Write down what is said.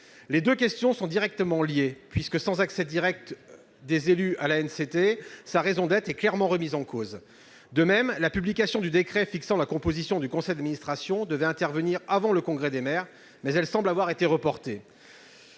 Les deux questions sont directement liées, puisque, sans accès direct des élus locaux à l'ANCT, la raison d'être de cette dernière est clairement remise en cause. Par ailleurs, la publication du décret fixant la composition du conseil d'administration de cette agence devait intervenir avant le Congrès des maires, mais elle semble avoir été reportée.